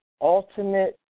ultimate